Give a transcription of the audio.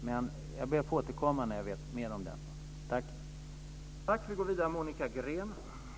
Men jag ber att få återkomma när jag vet mer om den saken.